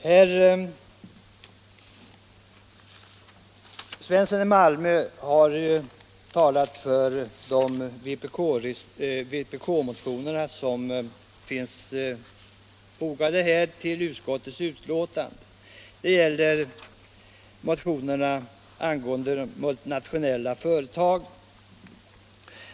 Herr Svensson i Malmö har talat för de vpk-motioner som behandlas i detta betänkande. Det gäller bl.a. motionerna om de multinationella företagen.